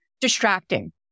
distracting